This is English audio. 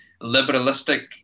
liberalistic